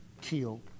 kill